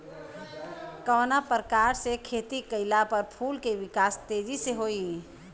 कवना प्रकार से खेती कइला पर फूल के विकास तेजी से होयी?